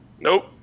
Nope